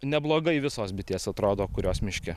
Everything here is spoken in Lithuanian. neblogai visos bitės atrodo kurios miške